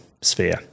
sphere